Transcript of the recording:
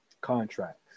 contracts